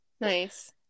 Nice